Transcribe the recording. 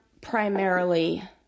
primarily